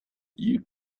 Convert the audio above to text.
you